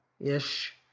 ish